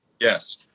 Yes